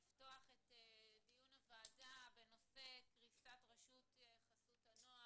לפתוח את דיון הוועדה בנושא קריסת רשות חסות הנוער,